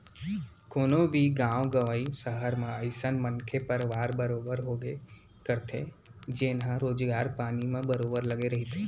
कोनो भी गाँव गंवई, सहर म अइसन मनखे परवार बरोबर होबे करथे जेनहा रोजगार पानी म बरोबर लगे रहिथे